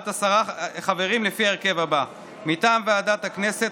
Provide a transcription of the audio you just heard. בת עשרה חברים לפי ההרכב הזה: מטעם ועדת הכנסת,